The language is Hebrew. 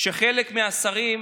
שחלק מהשרים,